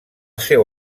seu